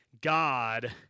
God